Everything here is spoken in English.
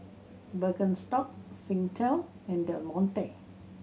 Birkenstock Singtel and Del Monte